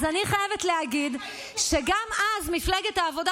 אז אני חייבת להגיד שגם אז מפלגת העבודה,